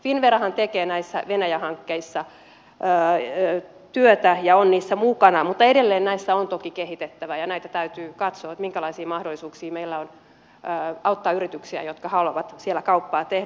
finnverahan tekee näissä venäjä hankkeissa työtä ja on niissä mukana mutta edelleen näissä on toki kehitettävää ja täytyy katsoa minkälaisia mahdollisuuksia meillä on auttaa yrityksiä jotka haluavat siellä kauppaa tehdä